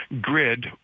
grid